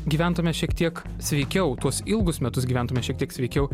gyventume šiek tiek sveikiau tuos ilgus metus gyventume šiek tiek sveikiau